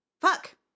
Fuck